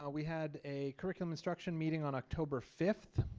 ah we had a curriculum instruction meeting on october fifth.